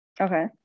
Okay